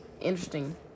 interesting